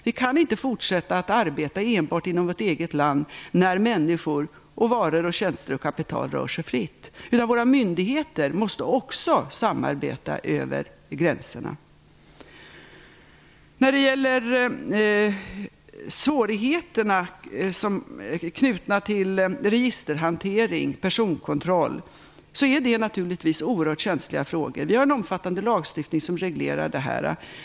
Vi kan inte fortsätta att arbeta enbart inom vårt eget land när människor, varor, tjänster och kapital rör sig fritt, utan våra myndigheter måste också samarbeta över gränserna. Svårigheterna knutna till registerhantering och personkontroll är naturligtvis oerhört känsliga frågor. Vi har en omfattande lagstiftning som reglerar detta.